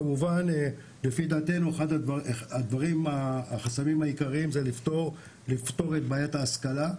לפי דעתנו אחד החסמים העיקריים זה לפתור את בעיית ההשכלה,